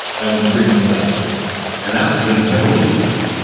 that one's pretty much done at this point. and that one's being heavily used.